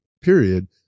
period